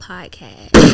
Podcast